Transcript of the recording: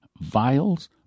vials